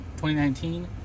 2019